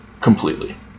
completely